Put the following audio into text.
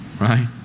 right